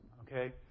okay